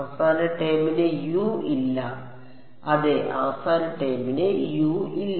അവസാന ടേമിന് യു ഇല്ല അതെ അവസാന ടേമിന് യു ഇല്ല